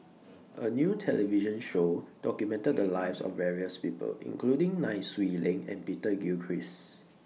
A New television Show documented The Lives of various People including Nai Swee Leng and Peter Gilchrist